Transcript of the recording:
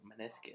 meniscus